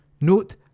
Note